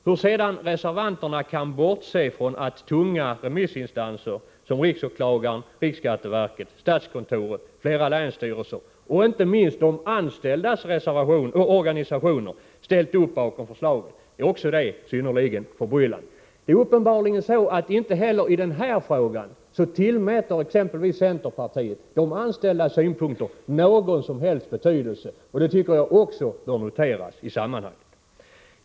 Hur sedan reservanterna kan bortse från att tunga remissinstanser som riksåklagaren, riksskatteverket, statskontoret, flera länsstyrelser, och inte minst de anställdas organisationer, ställt upp bakom förslaget är också synnerligen förbryllande. Uppenbarligen tillmäter exempelvis centerpartiet inte heller i denna fråga de anställdas synpunkter någon som helst betydelse. Jag tycker att det bör noteras i sammanhanget.